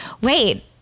Wait